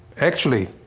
actually,